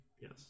Yes